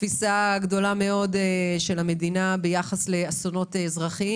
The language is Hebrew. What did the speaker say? תפיסה גדולה מאוד של המדינה ביחס לאסונות אזרחיים,